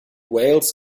wales